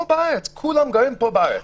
פה בארץ, כולם גרים פה בארץ.